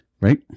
right